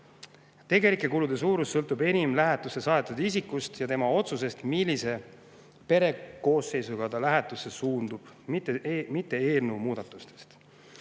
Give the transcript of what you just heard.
Tegelike kulude suurus sõltub enim lähetusse saadetud isikust ja tema otsusest, millise perekoosseisuga ta lähetusse suundub, mitte eelnõu muudatustest.